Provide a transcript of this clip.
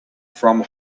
from